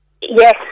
Yes